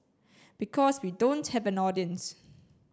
because we don't have an audience